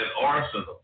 arsenal